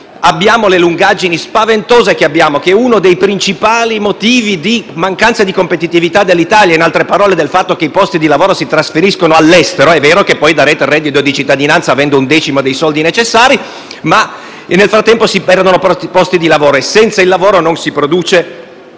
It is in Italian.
abbiamo quelle lungaggini spaventose, che rappresentano uno dei principali motivi di mancanza di competitività dell'Italia e, in altre parole, del fatto che i posti di lavoro si trasferiscono all'estero; anche se è vero che poi darete il reddito di cittadinanza avendo un decimo dei soldi necessari nel frattempo si perdono posti di lavoro e, senza il lavoro, non si produce